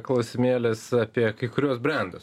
klausimėlis apie kai kuriuos brendus